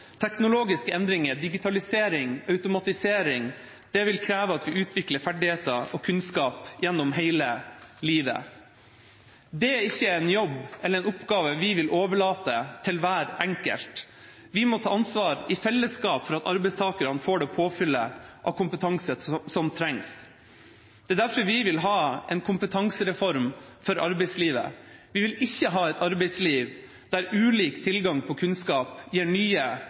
Teknologiske endringer, digitalisering og automatisering vil kreve at vi utvikler ferdigheter og kunnskap gjennom hele livet. Det er ikke en jobb eller en oppgave vi vil overlate til hver enkelt. Vi må ta ansvar i fellesskap for at arbeidstakerne får det påfyllet av kompetanse som trengs. Det er derfor vi vil ha en kompetansereform for arbeidslivet. Vi vil ikke ha et arbeidsliv der ulik tilgang på kunnskap gir nye